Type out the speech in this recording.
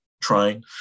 trying